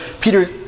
Peter